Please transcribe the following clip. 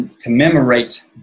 commemorate